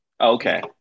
Okay